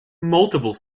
multiple